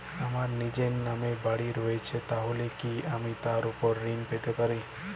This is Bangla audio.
আমার নিজের নামে বাড়ী রয়েছে তাহলে কি আমি তার ওপর ঋণ পেতে পারি?